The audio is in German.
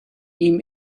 ihm